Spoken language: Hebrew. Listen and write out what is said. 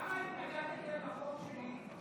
למה התנגדתם לחוק שלי?